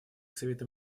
советом